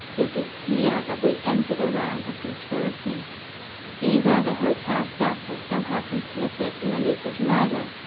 it is here that we enter the realm of conspiracy either the hotel staff was somehow complicit in elisa's murder,